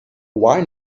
why